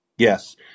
Yes